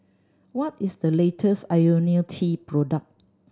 what is the latest Ionil T product